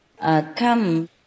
come